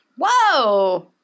Whoa